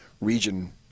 region